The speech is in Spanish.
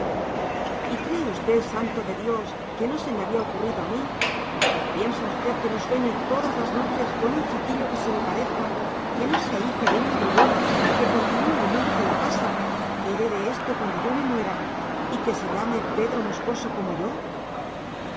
y cree usted santo de dios que no se me había ocurrido a mí piensa usted que no sueño todas las noches con un chiquillo que se me parezca que no sea hijo de una bribona que continúe el nombre de la casa que herede esto cuando yo me muera y que se llame pedro moscoso como yo